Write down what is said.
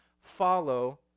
follow